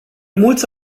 mulți